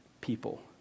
people